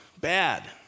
bad